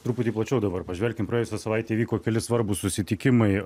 truputį plačiau dabar pažvelkime praėjusią savaitę įvyko keli svarbūs susitikimai